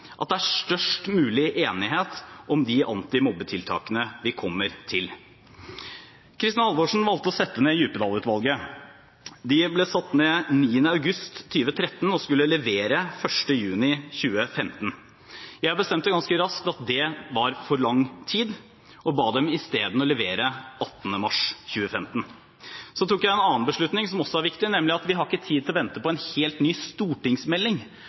at det er størst mulig enighet om de antimobbetiltakene vi kommer frem til. Kristin Halvorsen valgte å sette ned Djupedal-utvalget. Det ble satt ned 9. august 2013 og skulle levere sin innstilling 1. juni 2015. Jeg bestemte ganske raskt at det var for lang tid, og ba dem isteden levere 18. mars 2015. Så tok jeg en annen beslutning som også er viktig, nemlig at vi har ikke tid til å vente på en helt ny stortingsmelding